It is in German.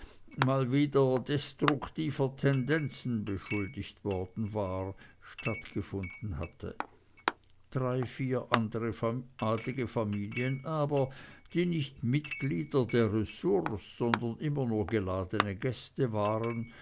mal wieder destruktiver tendenzen beschuldigt worden war stattgefunden hatte drei vier andere adlige familien aber die nicht mitglieder der ressource sondern immer nur geladene gäste waren